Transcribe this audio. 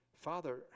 Father